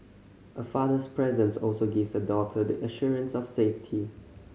a father's presence also gives a daughter the assurance of safety